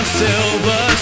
silver